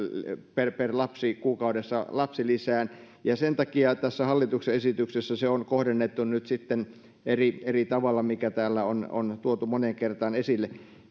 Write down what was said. per per lapsi kuukaudessa lapsilisään sen takia tässä hallituksen esityksessä se on kohdennettu nyt eri eri tavalla mikä täällä on on tuotu moneen kertaan esille